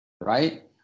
Right